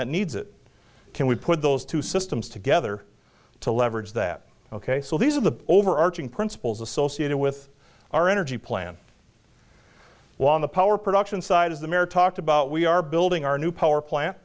that needs it can we put those two systems together to leverage that ok so these are the overarching principles associated with our energy plan while on the power production side is the mare talked about we are building our new power plant